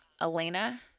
Elena